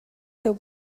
teu